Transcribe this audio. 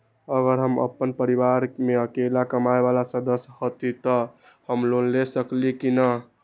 अगर हम अपन परिवार में अकेला कमाये वाला सदस्य हती त हम लोन ले सकेली की न?